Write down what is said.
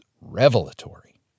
revelatory